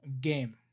game